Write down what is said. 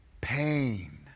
pain